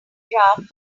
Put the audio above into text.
graph